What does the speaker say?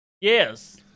Yes